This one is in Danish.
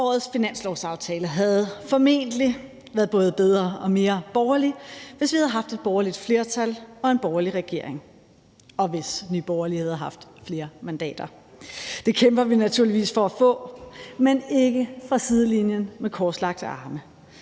Årets finanslovsaftale havde formentlig været både bedre og mere borgerlig, hvis vi havde haft et borgerligt flertal og en borgerlig regering, og hvis Nye Borgerlige havde haft flere mandater. Det kæmper vi naturligvis for at få, men ikke fra sidelinjen med korslagte arme.